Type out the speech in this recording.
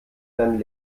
dann